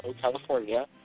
California